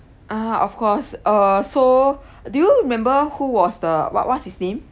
ah of course uh so do you remember who was the what what's his name